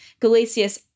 Galatius